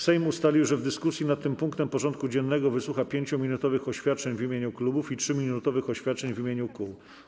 Sejm ustalił, że w dyskusji nad tym punktem porządku dziennego wysłucha 5-minutowych oświadczeń w imieniu klubów i 3-minutowych oświadczeń w imieniu kół.